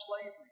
slavery